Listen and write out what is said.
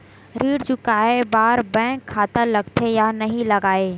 ऋण चुकाए बार बैंक खाता लगथे या नहीं लगाए?